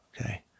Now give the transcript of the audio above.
okay